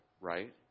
right